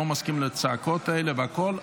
אני לא מסכים לצעקות האלה והכול,